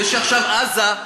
זה שעכשיו בעזה,